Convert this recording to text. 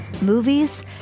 movies